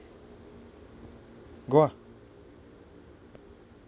go ah